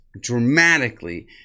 dramatically